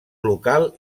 local